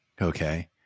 okay